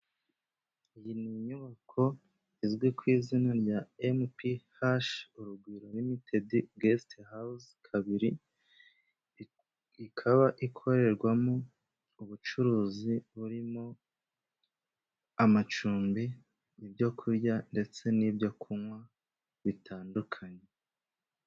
Iyi ni inyubako izwi ku izina rya mph urugwiro ltd guest hawuzi, kabiri ikaba ikorerwamo ubucuruzi burimo amacumbi, ibyo kurya ndetse n'ibyo kunywa bitandukanye.